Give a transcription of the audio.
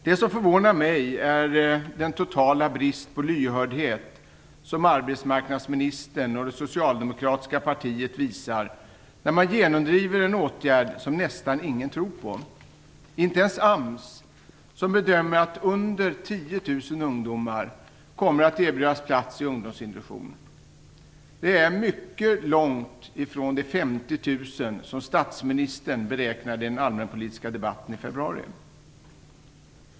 Det som förvånar mig är den totala brist på lyhördhet som arbetsmarknadsministern och det socialdemokratiska partiet visar när man genomdriver en åtgärd som nästan ingen tror på, inte ens AMS. AMS bedömer att under 10 000 ungdomar kommer att erbjudas plats i ungdomsintroduktion. Det är mycket långt ifrån de 50 000 som statsministern beräknade i den allmänpolitiska debatten i februari.